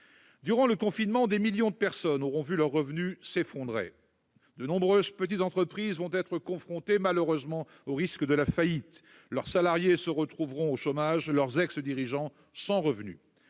Durant le confinement, des millions de personnes auront vu leurs revenus s'effondrer. De nombreuses petites entreprises seront malheureusement confrontées à la faillite, leurs salariés se retrouveront au chômage, leurs ex-dirigeants sans revenus.